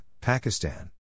Pakistan